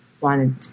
wanted